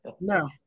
No